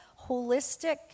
holistic